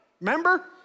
Remember